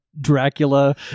dracula